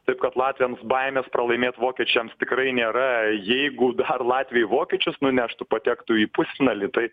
taip kad latviams baimės pralaimėt vokiečiams tikrai nėra jeigu dar latviai vokiečius nuneštų patektų į pusfinalį tai